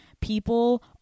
people